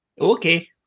Okay